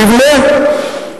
תבנה,